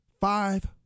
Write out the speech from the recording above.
Five